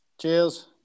Cheers